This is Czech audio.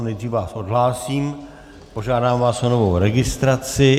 Nejdřív vás odhlásím, požádám vás o novou registraci.